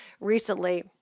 recently